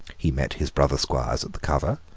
he met his brother squires at the cover,